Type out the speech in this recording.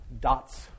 dots